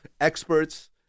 experts